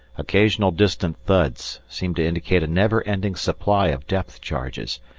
occasional distant thuds seemed to indicate a never-ending supply of depth-charges,